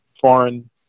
foreign